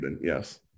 Yes